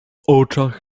oczach